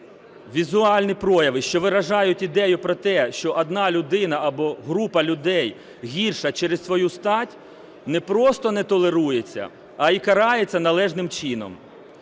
візуальні прояви, що виражають ідею про те, що одна людина або група людей гірша через свою стать, не просто не толерується, а і карається належним чином.